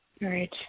Right